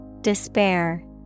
Despair